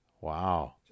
Wow